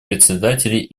председателей